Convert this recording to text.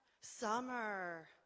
Summer